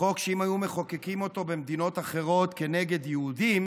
חוק שאם היו מחוקקים אותו במדינות אחרות כנגד יהודים